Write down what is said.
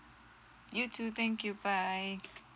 you too thank you bye